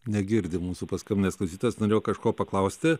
negirdi mūsų paskambinęs klausytojas norėjo kažko paklausti